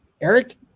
Eric